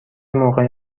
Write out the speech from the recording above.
موقع